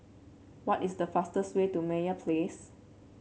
what is the fastest way to Meyer Place